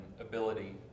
ability